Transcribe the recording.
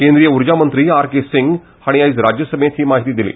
केंद्रीय उर्जा मंत्री आर के सिंह हांणी आज राज्यसभेंत ही माहिती दिली